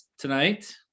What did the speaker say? tonight